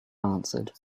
answered